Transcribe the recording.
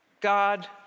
God